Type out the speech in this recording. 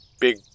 big